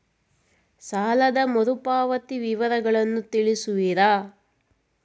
ಸಾಲದ ಮರುಪಾವತಿ ವಿವರಗಳನ್ನು ತಿಳಿಸುವಿರಾ?